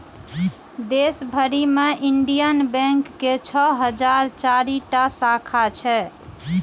देश भरि मे इंडियन बैंक के छह हजार चारि टा शाखा छै